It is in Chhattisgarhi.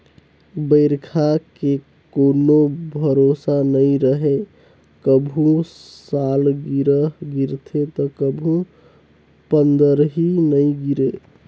बइरखा के कोनो भरोसा नइ रहें, कभू सालगिरह गिरथे त कभू पंदरही नइ गिरे